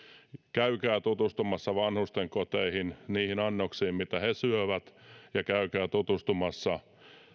käykää tutustumassa vanhustenkoteihin niihin annoksiin mitä he syövät ja käykää tutustumassa